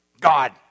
God